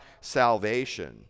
salvation